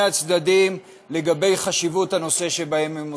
הצדדים לגבי חשיבות הנושא שבו הם עוסקים.